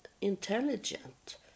intelligent